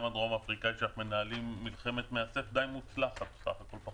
גם הדרום אפריקאי שאנחנו מנהלים מולו מלחמת מאסף די מוצלח סך הכול.